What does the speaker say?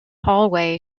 hallway